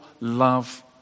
love